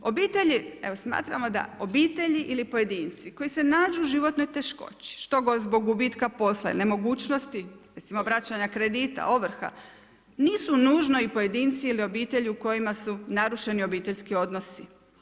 Obitelji, evo smatramo da obitelji ili pojedinci koji se nađu u životnoj teškoći što zbog gubitka posla i nemogućnosti, recimo vraćanje kredita, ovrha, nisu nužno pojedinci ili obitelji u kojima su narušeni obiteljski odnosi.